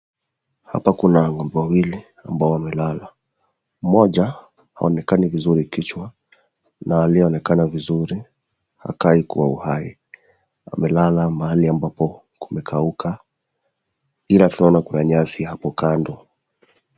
Hapa kuna ng'ombe wawili ambao wamelala moja haonekani vizuri kichwa, ilionekana vizuri hakai kuwa uhai wamelala mahali ambao kimekauka ila tu kuna nyasi hapo kando.